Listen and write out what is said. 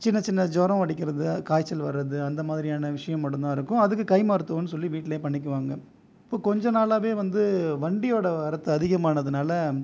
சின்ன சின்ன ஜுரம் அடிக்கிறது காய்ச்சல் வரது அந்த மாதிரியான விஷயம் மட்டும் தான் இருக்கும் அதுக்கு கை மருத்துவம்னு சொல்லி வீட்டிலையே பண்ணிக்குவாங்க இப்போது கொஞ்சம் நாளாகவே வந்து வண்டியோடய வரத்து அதிகமானதினால